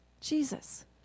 Jesus